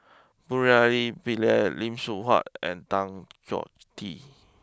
Murali Pillai Lim Seok Hui and Tan Choh Tee